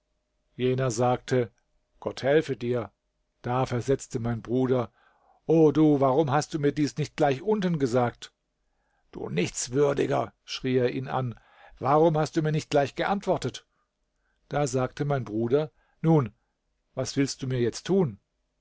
jener sagte gott helfe dir da versetzte mein bruder o du warum hast du mir dies nicht gleich unten gesagt du nichtswürdiger schrie er ihn an warum hast du mir nicht gleich geantwortet da sagte mein bruder nun was willst du mir jetzt tun